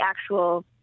actual